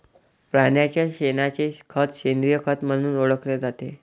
प्राण्यांच्या शेणाचे खत सेंद्रिय खत म्हणून ओळखले जाते